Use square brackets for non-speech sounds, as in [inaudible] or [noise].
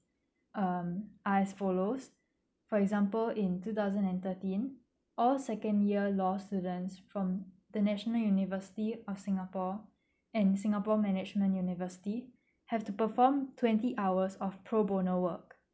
um I've follows for example in two thousand and thirteen all second year law students from the national university of singapore [breath] and singapore management university [breath] have to perform twenty hours of pro bono work